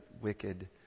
wicked